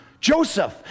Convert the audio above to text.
Joseph